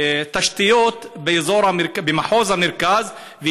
תשתיות במחוז המרכז,